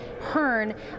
Hearn